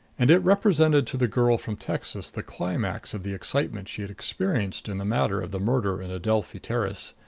and it represented to the girl from texas the climax of the excitement she had experienced in the matter of the murder in adelphi terrace.